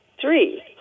Three